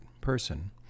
person